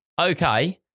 Okay